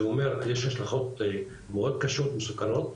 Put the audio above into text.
זה אומר יש השלכות מאוד קשות ומסוכנות,